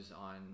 on